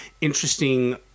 interesting